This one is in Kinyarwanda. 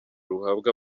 ruhabwa